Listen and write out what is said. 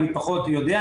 אני פחות יודע,